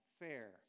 fair